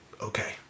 okay